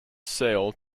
sale